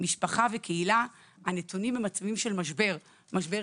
משפחה וקהילה שנתונים במצבים של משבר משבר